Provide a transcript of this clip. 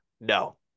No